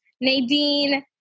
Nadine